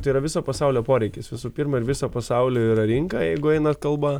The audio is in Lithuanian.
tai yra viso pasaulio poreikis visų pirma ir viso pasaulio yra rinka jeigu eina kalba